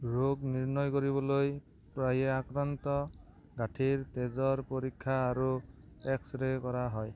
ৰোগ নিৰ্ণয় কৰিবলৈ প্ৰায়ে আক্ৰান্ত গাঁঠিৰ তেজৰ পৰীক্ষা আৰু এক্স ৰে' কৰা হয়